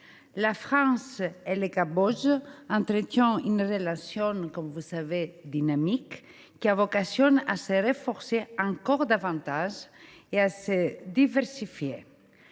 La France et le Cambodge entretiennent une relation dynamique, qui a vocation à se renforcer encore davantage et à se diversifier.